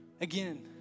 again